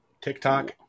TikTok